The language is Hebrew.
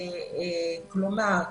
כלומר,